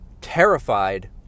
terrified